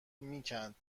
میکند